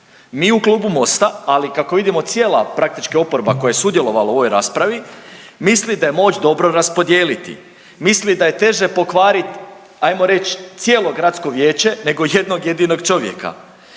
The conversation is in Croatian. Mi u Klubu MOST-a, ali i kako vidimo cijela praktički oporba koja je sudjelovala u ovoj raspravi misli da je moć dobro raspodijeliti, misli da je teže pokvariti ajmo reći cijelo gradsko vijeće nego jednog jedinog čovjeka.